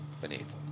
beneath